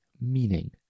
meaning